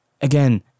again